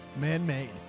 Man-made